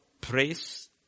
praise